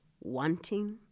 Wanting